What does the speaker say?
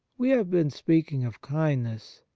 we have been speak ing of kindness.